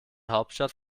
hauptstadt